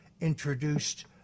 introduced